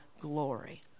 glory